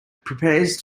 prepares